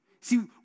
see